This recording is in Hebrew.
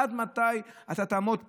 עד מתי אתה תעמוד פה,